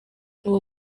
uwo